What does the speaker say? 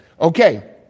Okay